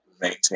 maintain